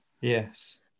Yes